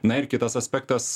na ir kitas aspektas